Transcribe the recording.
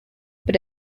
but